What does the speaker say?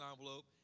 envelope